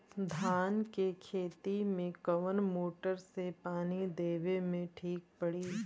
धान के खेती मे कवन मोटर से पानी देवे मे ठीक पड़ी?